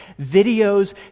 videos